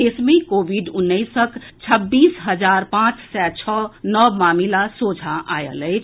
देश मे कोविड उन्नैस के छब्बीस हजार पांच सय छओ नव मामिला सोझा आयल अछि